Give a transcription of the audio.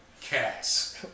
cats